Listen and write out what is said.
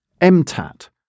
MTAT